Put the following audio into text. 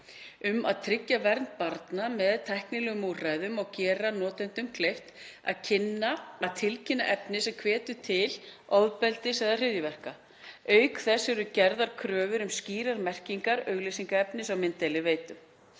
um að tryggja vernd barna með tæknilegum úrræðum og gera notendum kleift að tilkynna efni sem hvetur til ofbeldis eða hryðjuverka. Auk þess eru gerðar kröfur um skýrar merkingar auglýsingaefnis á mynddeiliveitum.